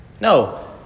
No